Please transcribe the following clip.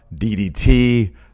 DDT